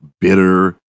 bitter